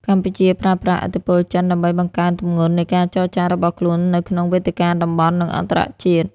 កម្ពុជាប្រើប្រាស់ឥទ្ធិពលចិនដើម្បីបង្កើនទម្ងន់នៃការចរចារបស់ខ្លួននៅក្នុងវេទិកាតំបន់ និងអន្តរជាតិ។